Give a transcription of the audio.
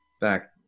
back